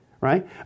right